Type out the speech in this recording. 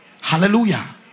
Hallelujah